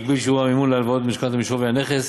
הגביל את שיעור המימון להלוואת משכנתה משווי הנכס,